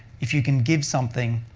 if you can give something,